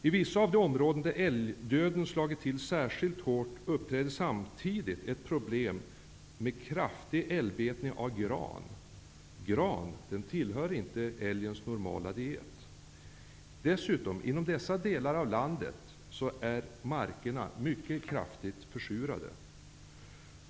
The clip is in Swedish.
I vissa av de områden där älgdöden slagit till särskilt hårt uppträder samtidigt ett problem med kraftig älgbetning av gran. Gran tillhör inte älgens normala diet. Inom dessa delar av landet är markerna dessutom mycket kraftigt försurade.